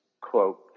quote